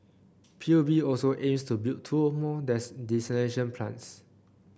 P U B also aims to build two more desalination plants